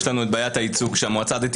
יש לנו בעיית הייצוג שהמועצה הדתית